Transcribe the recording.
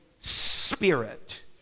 spirit